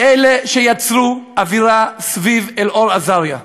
אלה שיצרו אווירה סביב אלאור אזריה,